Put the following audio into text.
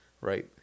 right